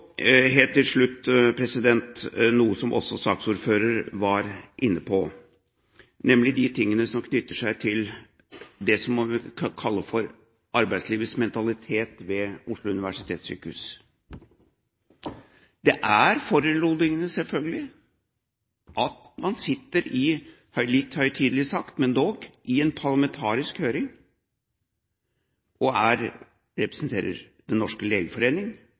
Helt til slutt noe som også saksordføreren var inne på, nemlig det som knytter seg til det som man kan kalle for arbeidslivets mentalitet, ved Oslo universitetssykehus. Det er foruroligende, selvfølgelig, at man sitter – litt høytidelig sagt, men dog – i en parlamentarisk høring og representerer Den norske legeforening,